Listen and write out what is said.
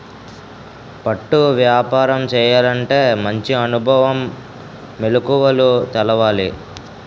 పట్టు వ్యాపారం చేయాలంటే మంచి అనుభవం, మెలకువలు తెలవాలి